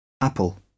apple